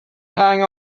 hang